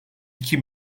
iki